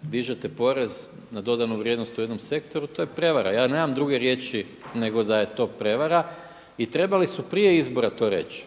dižete porez na dodanu vrijednost u jednom sektoru to je prijevara. Ja nemam druge riječi nego da je to prevara i trebali su prije izbora to reći.